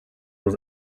was